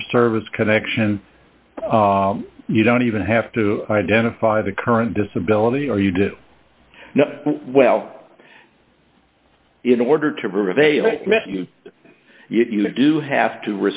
for service connection you don't even have to identify the current disability or you do well in order to prevail you do have to